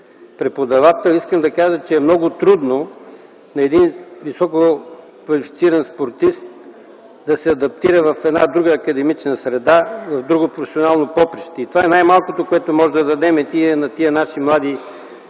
преподавател. Искам да кажа, че е много трудно на един висококвалифициран спортист да се адаптира в една друга академична среда, в друго професионално поприще. Това е най-малкото, което можем да дадем на тези наши млади